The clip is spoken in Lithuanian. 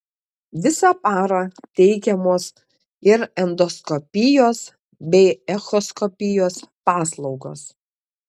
visą parą teikiamos ir endoskopijos bei echoskopijos paslaugos